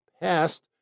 past